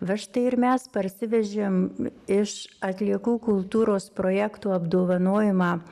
va štai ir mes parsivežėm iš atliekų kultūros projektų apdovanojimą